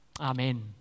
Amen